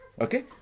Okay